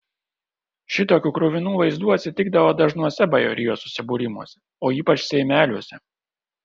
šitokių kruvinų vaizdų atsitikdavo dažnuose bajorijos susibūrimuose o ypač seimeliuose